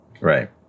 Right